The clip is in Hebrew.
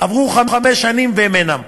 עברו חמש שנים והם אינם,